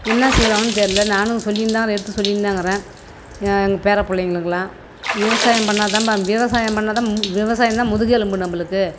என்ன செய்வாங்கனு தெரியல நானும் சொல்லினு தான் எடுத்து சொல்லினு தான் இருக்குறேன் எங்கள் பேர பிள்ளைங்களுக்குளான் விவசாயம் பண்ணிணா தான் பா விவசாயம் பண்ணிணா தான் மு விவசாயம் தான் முதுகெலும்பு நம்பளுக்கு